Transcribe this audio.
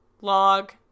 log